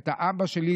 את האבא שלי,